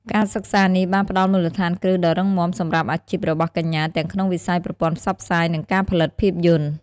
ការសិក្សានេះបានផ្តល់មូលដ្ឋានគ្រឹះដ៏រឹងមាំសម្រាប់អាជីពរបស់កញ្ញាទាំងក្នុងវិស័យប្រព័ន្ធផ្សព្វផ្សាយ និងការផលិតភាពយន្ត។